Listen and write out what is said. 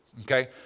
Okay